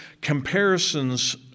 comparisons